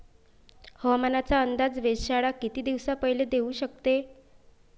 हवामानाचा अंदाज वेधशाळा किती दिवसा पयले देऊ शकते?